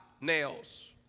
nails